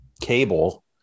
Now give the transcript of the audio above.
cable